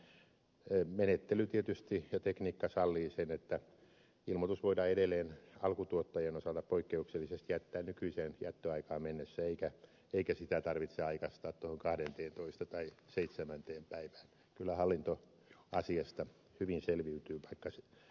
menettely ja tekniikka tietysti sallivat sen että ilmoitus voidaan edelleen alkutuottajien osalta poikkeuksellisesti jättää nykyiseen jättöaikaan mennessä eikä sitä tarvitse aikaistaatuu kahden tietoista tai seitsemänteen päivään kylähallinto asioista hyvin selviytyvä käsi